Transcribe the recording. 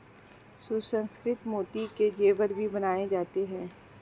सुसंस्कृत मोती के जेवर भी बनाए जाते हैं